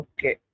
Okay